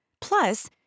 Plus